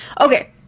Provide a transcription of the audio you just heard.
Okay